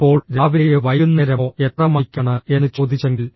അപ്പോൾ രാവിലെയോ വൈകുന്നേരമോ എത്ര മണിക്കാണ് എന്ന് ചോദിച്ചെങ്കിൽ